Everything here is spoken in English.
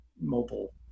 mobile